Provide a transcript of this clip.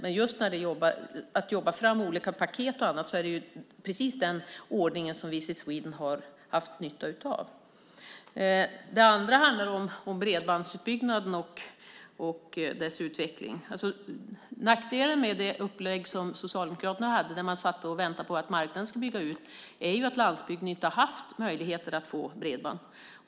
Men just när det gäller att jobba fram olika paket och annat är det precis den ordningen som Visit Sweden har haft nytta av. När det gäller utvecklingen av bredbandsutbyggnaden är nackdelen med det upplägg som Socialdemokraterna hade när man satt och väntade på att marknaden skulle göra denna utbyggnad att landsbygden inte har haft möjligheter att få bredband.